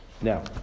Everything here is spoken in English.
Now